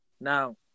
Now